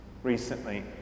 recently